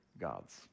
gods